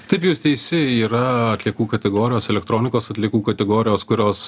taip jūs teisi yra atliekų kategorijos elektronikos atliekų kategorijos kurios